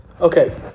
Okay